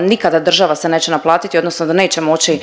nikada država se neće naplatiti odnosno da neće moći